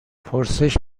پرسش